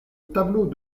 tableau